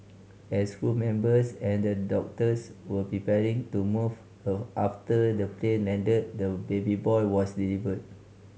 as crew members and the doctors were preparing to move her after the plane landed the baby boy was delivered